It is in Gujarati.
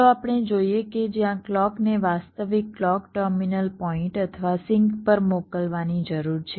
ચાલો આપણે જોઈએ કે જ્યાં ક્લૉકને વાસ્તવિક ક્લૉક ટર્મિનલ પોઇન્ટ અથવા સિંક પર મોકલવાની જરૂર છે